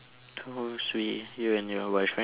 goes with you and your boyfriend